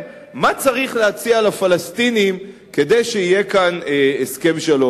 צריך להציע לפלסטינים כדי שיהיה כאן הסכם שלום.